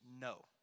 no